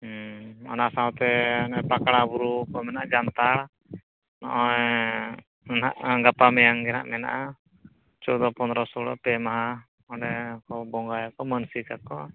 ᱦᱮᱸ ᱚᱱᱟ ᱥᱟᱶᱛᱮ ᱚᱱᱮ ᱯᱟᱠᱲᱟ ᱵᱩᱨᱩᱠᱚ ᱢᱮᱱᱟᱜ ᱡᱟᱱᱛᱷᱟᱲ ᱱᱚᱜᱼᱚᱭ ᱱᱟᱦᱟᱜ ᱜᱟᱯᱟᱼᱢᱮᱭᱟᱝᱜᱮ ᱦᱟᱸᱜ ᱢᱮᱱᱟᱜᱼᱟ ᱪᱳᱫᱚ ᱯᱚᱱᱫᱨᱚ ᱥᱳᱞᱳ ᱯᱮ ᱢᱟᱦᱟ ᱚᱸᱰᱮᱠᱚ ᱵᱚᱸᱜᱟᱭᱟᱠᱚ ᱢᱟᱹᱱᱥᱤᱠᱟᱠᱚ